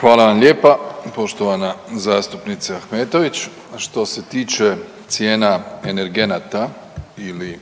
Hvala vam lijepa poštovana zastupnice Ahmetović. Što se tiče cijena energenata ili